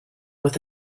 with